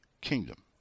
Kingdom